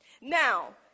Now